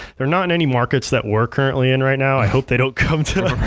they're not in any markets that we're currently in right now. i hope they don't come to